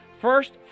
first